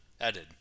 added